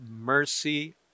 mercy